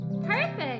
Perfect